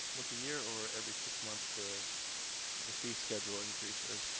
once a year, or every six months, the the fee schedule increases?